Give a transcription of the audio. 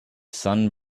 sun